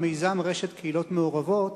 מיזם רשת קהילות מעורבות.